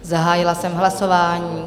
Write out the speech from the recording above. Zahájila jsem hlasování.